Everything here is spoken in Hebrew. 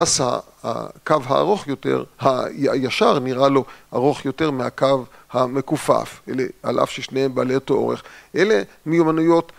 הקו הארוך יותר, הישר נראה לו ארוך יותר מהקו המכופף על אף ששניהם בעלי אותו אורך אלה מיומנויות